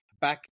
back